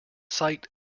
sight